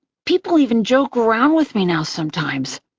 people even joke around with me now sometimes.